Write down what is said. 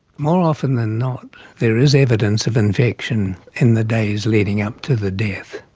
more often than not there is evidence of infection in the days leading up to the death.